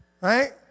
Right